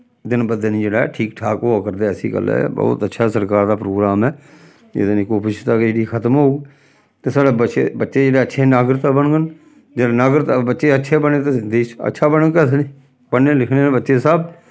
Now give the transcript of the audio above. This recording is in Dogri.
दिन ब दिन जेह्ड़ा ऐ ठीक ठाक होआ करदे ऐसी गल्ल ऐ ब्हौत अच्छा सरकार दा प्रोग्राम ऐ एह्दे नै कपोशकता जेह्ड़ी खत्म होग ते साढ़े बच्छे बच्चे जेह्ड़े अच्छे नागरिक बनङन जेल्लै नागरिक बच्चे अच्छे बने ते देश अच्छा बनग केह् आखदे नी पढ़ने लिखने आह्ले बच्चे सब